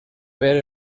ver